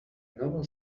novel